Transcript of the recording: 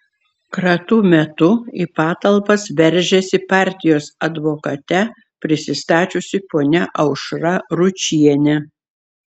kratų metu į patalpas veržėsi partijos advokate prisistačiusi ponia aušra ručienė